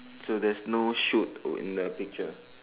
so there's no shoot or in the picture